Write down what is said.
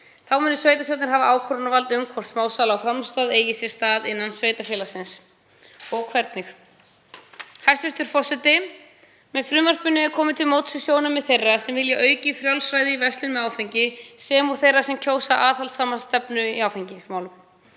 Þá munu sveitarstjórnir hafa ákvörðunarvald um hvort smásala á framleiðslustað eigi sér stað innan sveitarfélagsins og hvernig. Hæstv. forseti. Með frumvarpinu er komið til móts við sjónarmið þeirra sem vilja aukið frjálsræði í verslun með áfengi sem og þeirra sem kjósa aðhaldssama stefnu í áfengismálum.